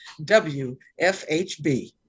WFHB